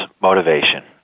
motivation